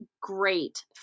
great